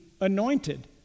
anointed